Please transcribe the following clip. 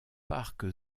parcs